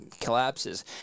collapses